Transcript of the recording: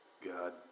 God